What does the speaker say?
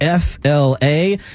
FLA